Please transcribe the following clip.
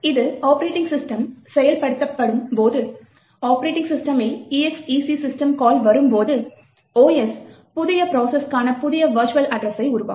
இது operating system செயல்படுத்தப்படும் போது ஆப்ரேட்டிங் சிஸ்டமில் exec சிஸ்டம் கால் வரும்போது OS புதிய ப்ரோசஸ்கான ஒரு புதிய வெர்ச்சுவல் அட்ரஸைஉருவாக்கும்